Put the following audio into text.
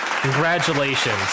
Congratulations